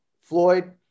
Floyd